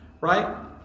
right